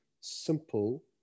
simple